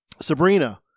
Sabrina